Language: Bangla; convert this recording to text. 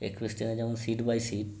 এক্সপ্রেস ট্রেনে যেমন সিট বাই সিট